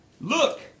Look